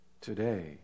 today